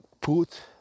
put